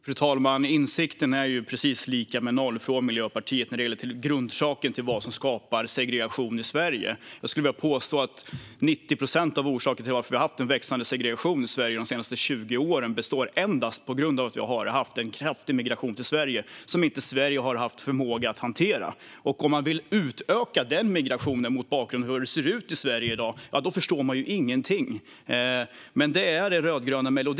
Fru talman! Insikten hos Miljöpartiet är lika med noll när det gäller grundorsaken till vad som skapar segregation i Sverige. Jag vill påstå att 90 procent av orsaken till att vi under de senaste 20 åren har haft en växande segregation i Sverige utgörs endast av en kraftig migration hit. Sverige har inte förmått hantera detta. Om man mot bakgrund av hur det i dag ser ut i Sverige vill utöka migrationen förstår man ingenting. Men det verkar vara den rödgröna melodin.